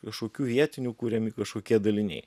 kažkokių vietinių kuriami kažkokie daliniai